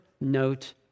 note